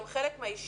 גם חלק מהאישיות,